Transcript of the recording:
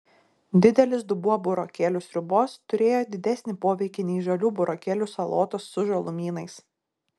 didelis dubuo burokėlių sriubos turėjo didesnį poveikį nei žalių burokėlių salotos su žalumynais